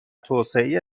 توسعه